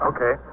Okay